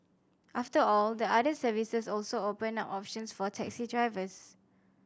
after all the other services also open up options for taxi drivers